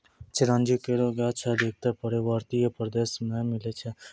चिरौंजी केरो गाछ अधिकतर पर्वतीय प्रदेश म मिलै छै